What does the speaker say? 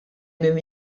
min